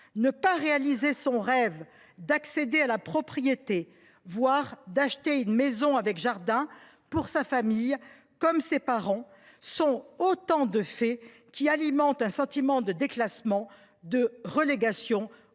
ne pas réaliser son rêve d’accéder à la propriété, ou même d’acheter une maison avec un jardin pour sa famille comme ses parents, constituent autant d’éléments qui alimentent un sentiment de déclassement, de relégation ou